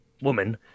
Woman